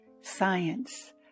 science